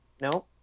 No